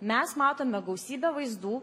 mes matome gausybę vaizdų